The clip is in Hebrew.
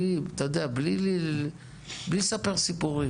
בלי לספר סיפורים.